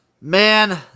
man